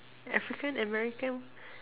African American